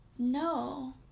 No